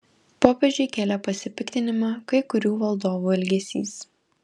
popiežiui kėlė pasipiktinimą kai kurių valdovų elgesys